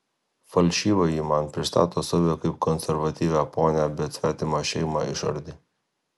falšyva ji man pristato save kaip konservatyvią ponią bet svetimą šeimą išardė